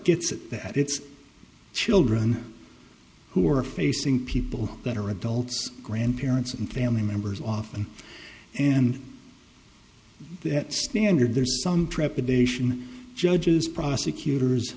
gets at that it's children who are facing people that are adults grandparents and family members often and that standard there's some trepidation judges prosecutors